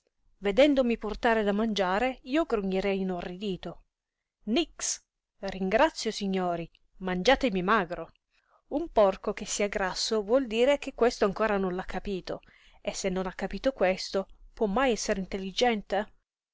vedendomi portare da mangiare io grugnirei inorridito nix ringrazio signori mangiatemi magro un porco che sia grasso vuol dire che questo ancora non l'ha capito e se non ha capito questo può mai essere intelligente